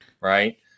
right